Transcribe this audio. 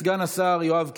סגן השר יואב קיש,